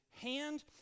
hand